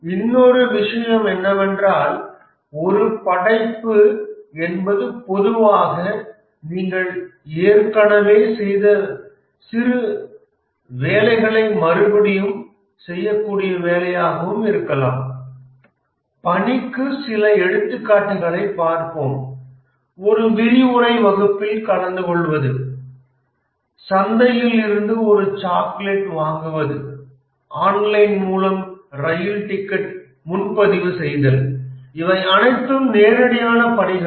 இன்னொரு விஷயம் என்னவென்றால் ஒரு படைப்பு என்பது பொதுவாக நீங்கள் ஏற்கனவே செய்த வேறு சில வேலைகள் மறுபடியும் செய்யக்கூடிய வேலையாகவும் இருக்கலாம் பணிக்கு சில எடுத்துக்காட்டுகளைக் பார்ப்போம் ஒரு விரிவுரை வகுப்பில் கலந்துகொள்வது சந்தையில் இருந்து ஒரு சாக்லேட் வாங்குவது ஆன்லைன் மூலம் ரயில் டிக்கெட்டை முன்பதிவு செய்தல் இவை அனைத்தும் நேரடியான பணிகள்